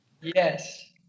Yes